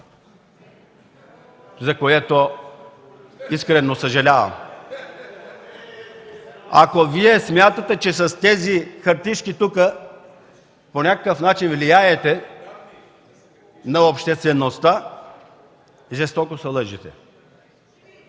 за което искрено съжалявам. Ако Вие смятате, че с тези хартишки тук по някакъв начин влияете на обществеността, жестоко се лъжете.